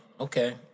Okay